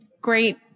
Great